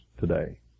today